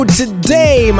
today